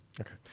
Okay